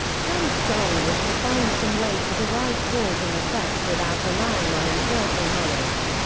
kant's goal was to find some way to derive cause and effect without relying on empirical knowledge.